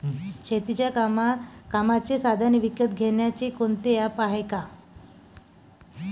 शेतीच्या कामाचे साधनं विकत घ्यासाठी कोनतं ॲप हाये का?